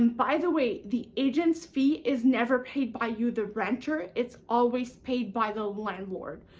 and by, the way the agent's fee is never paid by you the renter, it's always paid by the landlord.